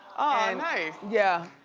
nice. yeah.